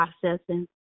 processing